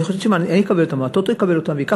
אני חושבת שאם אני אקבל אותן או הטוטו יקבל אותן וייקח